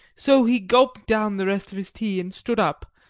so he gulped down the rest of his tea and stood up,